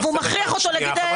תצא בבקשה.